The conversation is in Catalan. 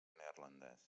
neerlandès